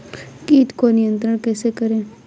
कीट को नियंत्रण कैसे करें?